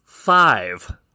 five